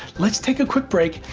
let's take a quick break,